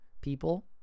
people